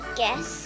guess